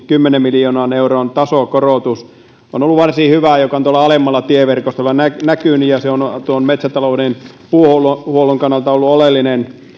kymmenen miljoonan euron tasokorotus on ollut varsin hyvä se on tuolla alemmalla tieverkostolla näkynyt ja on metsätalouden puuhuollon kannalta ollut oleellinen